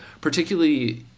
particularly